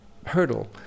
hurdle